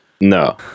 No